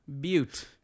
Butte